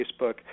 Facebook